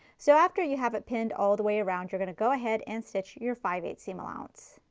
so after you have it pinned all the way around, you're going to go ahead and stitch your five eighths seam allowance.